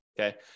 Okay